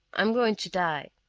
i'm going to die.